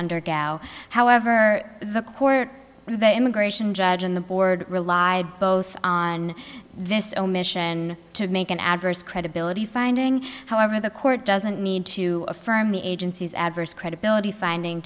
undergo however the court the immigration judge and the board relied both on this omission to make an adverse credibility finding however the court doesn't need to affirm the agency's adverse credibility finding